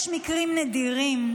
יש מקרים נדירים,